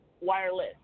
wireless